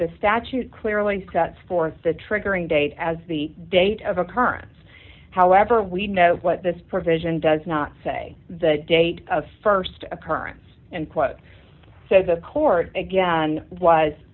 the statute clearly sets forth the triggering date as the date of occurrence however we know what this provision does not say that date of st occurrence and quote so the court again was